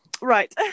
right